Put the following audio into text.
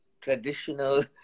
traditional